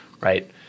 Right